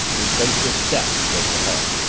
retraced his steps toward the hall.